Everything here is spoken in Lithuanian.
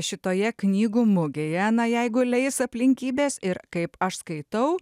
šitoje knygų mugėje na jeigu leis aplinkybės ir kaip aš skaitau